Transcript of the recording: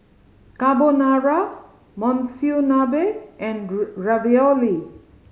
Carbonara Monsunabe and Ravioli